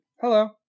Hello